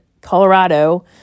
Colorado